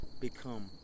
become